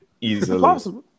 easily